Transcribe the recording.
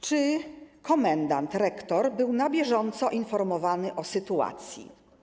Czy komendant rektor był na bieżąco informowany o sytuacji?